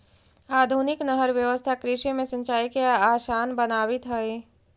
आधुनिक नहर व्यवस्था कृषि में सिंचाई के आसान बनावित हइ